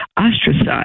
ostracized